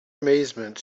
amazement